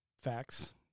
Facts